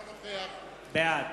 בעד